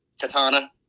Katana